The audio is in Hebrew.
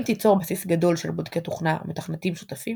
אם תיצור בסיס גדול של בודקי תוכנה ומתכנתים שותפים,